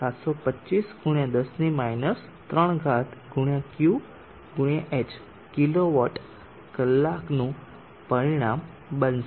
725 × 10 3 × Qh kilowatt કલાકનું પરિણામ બનશે